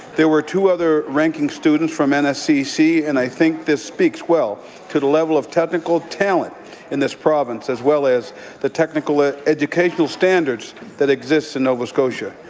there were two other ranking students from and nscc and i think this speaks well to the level of technical talent this province as well as the technical ah education standards that exist in nova scotia.